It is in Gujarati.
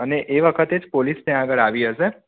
અને એ વખતે જ પોલીસ ત્યાં આગળ આવી હશે